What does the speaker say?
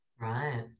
right